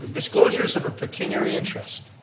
disclosures of a pecuniary interest.